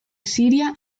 siria